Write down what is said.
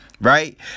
Right